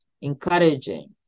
encouraging